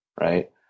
Right